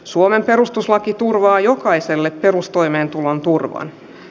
suomen perustuslaki turvaa jokaiselle perustoimeentulon turvaan